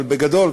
אבל בגדול,